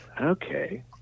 okay